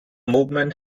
movement